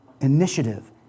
initiative